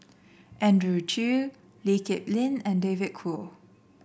Andrew Chew Lee Kip Lin and David Kwo